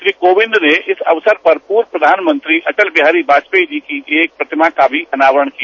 श्री कोविंद ने इस अवसर पर पूर्व प्रधानमंत्री श्री अटल बिहारी वाजपेई जी की एक प्रतिमा का भी अनावरण किया